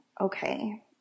okay